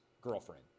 girlfriend